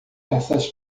essas